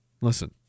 Listen